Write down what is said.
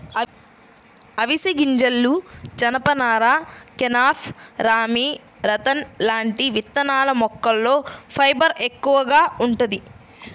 అవిశె గింజలు, జనపనార, కెనాఫ్, రామీ, రతన్ లాంటి విత్తనాల మొక్కల్లో ఫైబర్ ఎక్కువగా వుంటది